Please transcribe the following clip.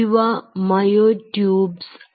ഇവ myotubes ആണ്